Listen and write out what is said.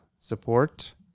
support